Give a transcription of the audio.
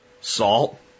Salt